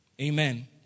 amen